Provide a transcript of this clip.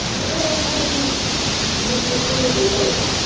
you know, that's how you make your clothes your own